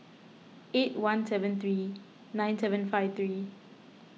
eight one seven three nine seven five three